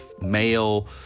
male